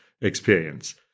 experience